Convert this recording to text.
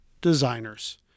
designers